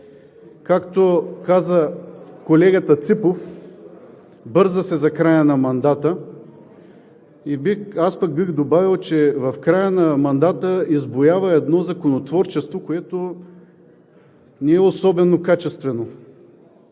Както каза колегата Ципов: бърза се за края на мандата, аз пък бих добавил, че в края на мандата избуява едно законотворчество, което не е особено качествено.